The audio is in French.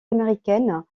américaine